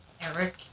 Eric